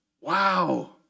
Wow